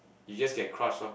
you just get crushed lor